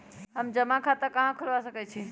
हम जमा खाता कहां खुलवा सकई छी?